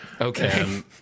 Okay